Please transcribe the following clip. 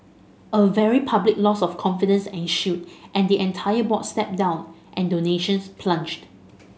a very public loss of confidence ensued and the entire board stepped down and donations plunged